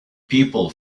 people